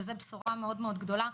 וזה בשורה מאוד גדולה.